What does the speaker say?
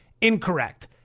incorrect